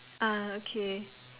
ah okay